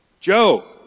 Joe